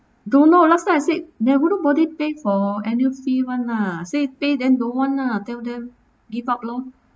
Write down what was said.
don't know last time I said there nobody pay for annual fee [one] lah say pay then don't want lah tell them give up lor